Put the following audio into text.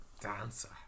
dancer